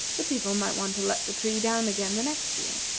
the people might want to let the tree down again the next year.